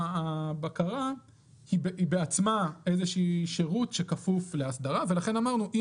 רגע, איתי, הקראנו גם